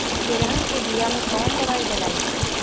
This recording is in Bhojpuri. तेलहन के बिया मे कवन दवाई डलाई?